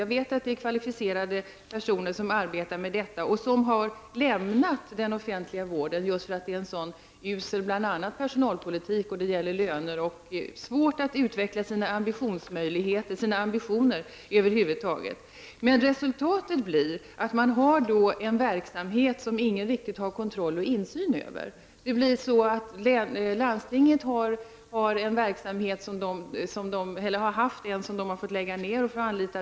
Jag vet att det är kvalificerade personer som arbetar med detta och som har lämnat den offentliga vården just därför att där bedrivs en så usel personalpolitik bl.a. i fråga om löner och att det är svårt att få utveckla sina ambitioner över huvud taget. Resultatet blir att man bedriver verksamhet som ingen riktigt har kontroll över eller insyn i. Landstinget, som har haft men fått lägga ner sådan här verksamhet, får anlita den här typen av firmor i stället.